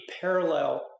parallel